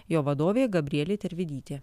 jo vadovė gabrielė tervidytė